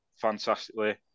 fantastically